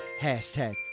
hashtag